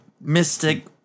mystic